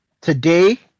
Today